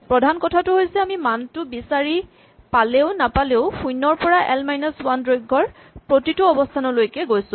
প্ৰধান কথাটো হৈছে আমি মানটো বিচাৰি পালেও নাপালেও শূণ্যৰ পৰা এল মাইনাচ ৱান দৈৰ্ঘৰ প্ৰতিটো অৱস্হানলৈকে গৈছো